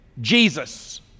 jesus